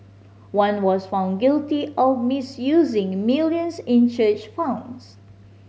one was found guilty of misusing millions in church funds